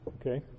okay